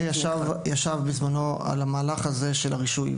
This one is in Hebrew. זה ישב על המהלך הזה של הרישוי.